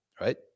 Right